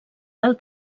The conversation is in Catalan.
del